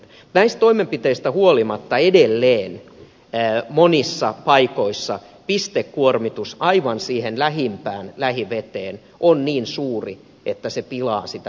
mutta näistä toimenpiteistä huolimatta edelleen monissa paikoissa pistekuormitus aivan siihen lähimpään lähiveteen on niin suuri että se pilaa sitä lähivettä